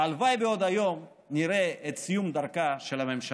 הלוואי שעוד היום נראה את סיום דרכה של הממשלה.